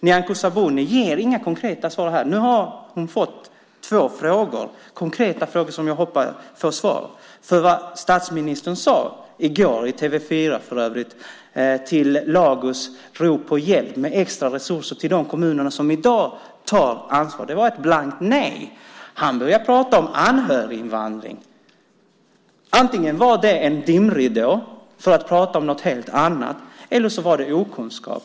Nyamko Sabuni ger inga konkreta svar. Nu har hon fått två konkreta frågor som jag hoppas att jag ska få svar på. I TV 4 i går svarade statsministern blankt nej som svar på Lagos rop om hjälp med extra resurser till de kommuner som i dag tar ansvar. Han började prata om anhöriginvandring. Det var antingen en dimridå för att prata om något helt annat eller okunskap.